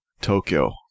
Tokyo